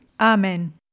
Amen